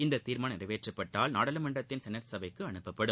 இந்த தீர்மானம் நிறைவேற்றப்பட்டால் நாடாளுமன்றத்தின் செனட் சபைக்கு அனுப்பப்படும்